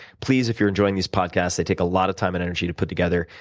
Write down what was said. please, if you're enjoying these podcasts, they take a lot of time and energy to put together,